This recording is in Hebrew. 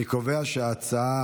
אני קובע שההצעה